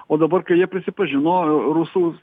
o dabar kai jie prisipažino e rusų